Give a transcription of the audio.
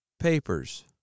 papers